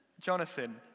Jonathan